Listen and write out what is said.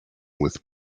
with